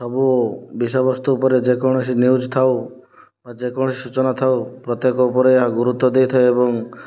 ସବୁ ବିଷୟବସ୍ତୁ ଉପରେ ଯେକୌଣସି ନ୍ୟୁଜ୍ ଥାଉ ବା ଯେକୌଣସି ସୂଚନା ଥାଉ ପ୍ରତ୍ୟେକ ଉପରେ ଗୁରୁତ୍ଵ ଦେଇଥାଏ ଏବଂ